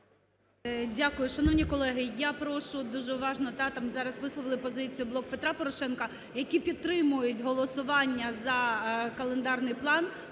Дякую. Шановні колеги, я прошу дуже уважно, так, там зараз висловили позицію "Блок Петра Порошенка", які підтримують голосування за календарний план